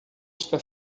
está